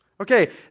Okay